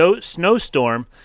snowstorm